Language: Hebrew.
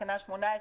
תיקון לתקנה 18,